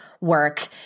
work